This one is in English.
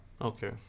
Okay